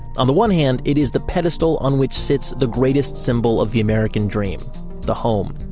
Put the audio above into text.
on the one hand, it is the pedestal on which sits the greatest symbol of the american dream the home.